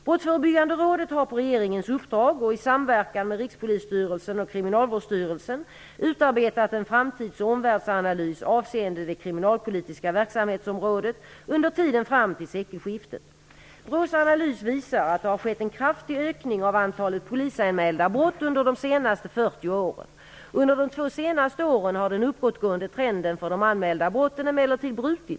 Brottsförebyggande rådet har på regeringens uppdrag och i samverkan med Rikspolisstyrelsen och Kriminalvårdsstyrelsen utarbetat en framtids och omvärldsanalys avseende det kriminalpolitiska verksamhetsområdet under tiden fram till sekelskiftet. BRÅ:s analys visar att det har skett en kraftig ökning av antalet polisanmälda brott under de senaste 40 åren. Under de två senaste åren har den uppåtgående trenden för de anmälda brotten emellertid brutits.